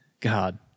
God